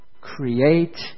Create